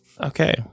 Okay